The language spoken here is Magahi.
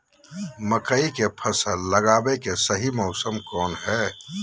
मकई के फसल लगावे के सही मौसम कौन हाय?